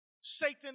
Satan